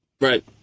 Right